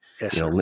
Yes